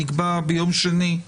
נקבע ביום שני,